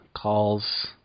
calls